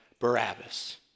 Barabbas